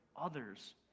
others